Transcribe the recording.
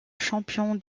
champion